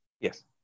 Yes